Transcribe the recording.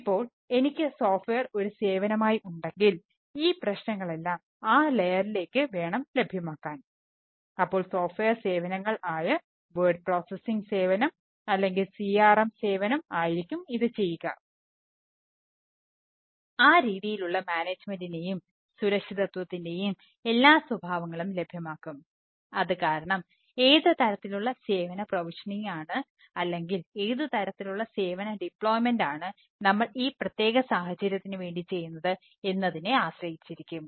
ഇപ്പോൾ എനിക്ക് സോഫ്റ്റ്വെയർ ആണ് നമ്മൾ ഈ പ്രത്യേക സാഹചര്യത്തിനു വേണ്ടി ചെയ്യുന്നത് എന്നതിനെ ആശ്രയിച്ചിരിക്കും